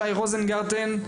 שי רוזנגרטן,